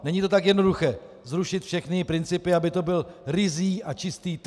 Není to tak jednoduché zrušit všechny principy, aby to byl ryzí a čistý trh.